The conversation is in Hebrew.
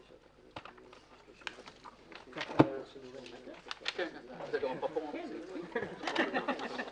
11:47.